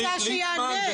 רוצה שיענה.